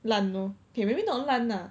烂 lor okay maybe not 烂 lah